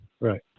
right